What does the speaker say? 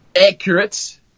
accurate